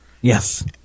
yes